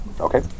Okay